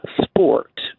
sport